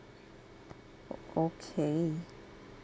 okay